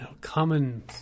common